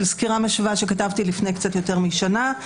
סקירה משווה שכתבתי לפני קצת יותר משנה,